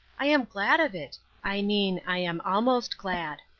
i am glad of it i mean i am almost glad.